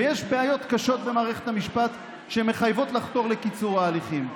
ויש בעיות קשות במערכת המשפט שמחייבות לחתור לקיצור ההליכים,